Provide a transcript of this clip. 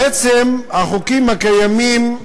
בעצם החוקים הקיימים,